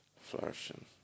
Flourishing